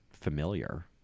familiar